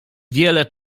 wiele